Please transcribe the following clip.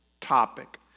topic